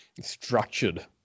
structured